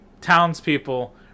townspeople